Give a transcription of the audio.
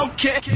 Okay